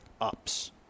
ups